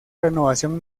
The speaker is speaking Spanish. renovación